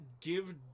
give